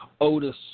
Otis